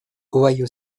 ohio